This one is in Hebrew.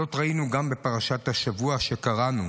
זאת ראינו גם בפרשת השבוע, כשקראנו